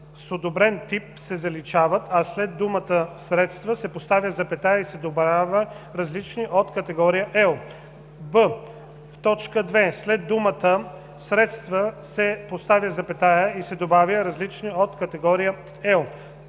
одобрен тип“ се заличават, а след думата „средства“ се поставя запетая и се добавя „различни от категория L“;